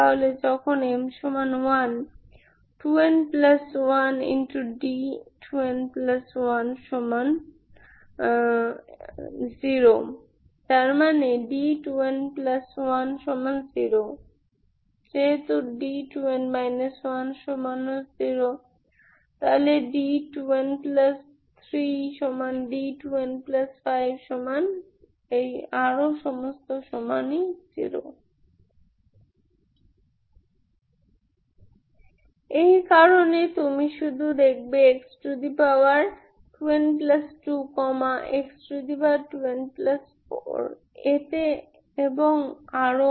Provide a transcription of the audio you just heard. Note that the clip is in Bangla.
তাহলে যখন m1 2n1 d2n1d2n 10 ⇒ d2n10 as d2n 10⇒ d2n3d2n50 এই কারণে তুমি শুধু দেখবে x2n2 x2n4 এতে এবং আরো